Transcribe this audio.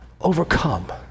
overcome